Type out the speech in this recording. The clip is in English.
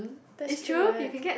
that's true [what]